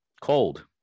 cold